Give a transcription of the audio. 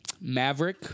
Maverick